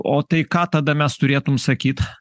o tai ką tada mes turėtum sakyt